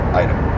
item